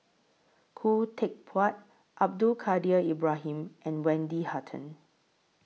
Khoo Teck Puat Abdul Kadir Ibrahim and Wendy Hutton